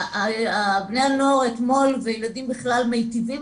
בני הנוער אתמול וילדים בכלל מיטיבים